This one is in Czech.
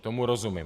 Tomu rozumím.